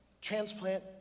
transplant